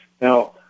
Now